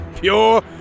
Pure